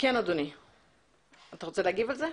כן אדוני, אתה רוצה להגיד על זה?